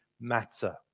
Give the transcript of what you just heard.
matter